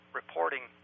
reporting